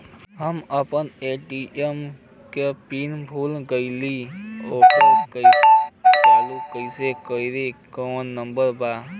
हम अपना ए.टी.एम के पिन भूला गईली ओकरा के चालू कइसे करी कौनो नंबर बा?